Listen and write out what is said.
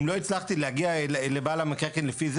אם לא הצלחתי להגיע לבעל המקרקעין לפי זה